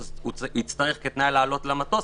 הוא יצטרך כתנאי לעלייה למטוס,